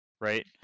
right